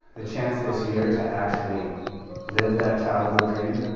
the chance this year to actually live that childhood dream,